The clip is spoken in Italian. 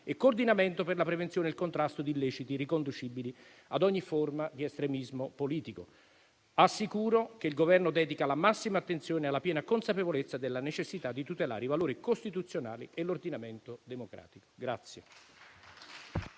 e coordinamento per la prevenzione del contrasto di illeciti riconducibili a ogni forma di estremismo politico. Assicuro che il Governo dedica la massima attenzione alla piena consapevolezza della necessità di tutelare i valori costituzionali e l'ordinamento democratico.